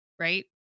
Right